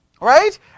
Right